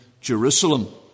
Jerusalem